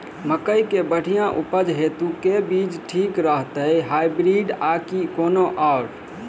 मकई केँ बढ़िया उपज हेतु केँ बीज ठीक रहतै, हाइब्रिड आ की कोनो आओर?